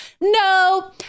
no